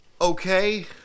okay